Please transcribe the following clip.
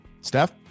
Steph